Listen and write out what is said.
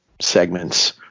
segments